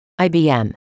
IBM